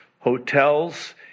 hotels